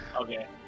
okay